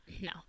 no